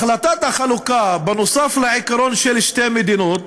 החלטת החלוקה, נוסף על העיקרון של שתי מדינות